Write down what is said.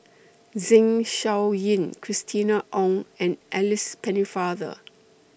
Zeng Shouyin Christina Ong and Alice Pennefather